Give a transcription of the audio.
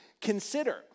Consider